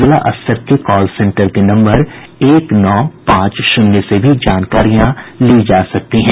जिला स्तर के कॉल सेंटर के नम्बर एक नौ पांच शून्य से भी जानकारी ली जा सकती है